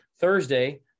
Thursday